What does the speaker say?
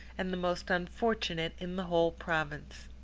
and the most unfortunate in the whole province.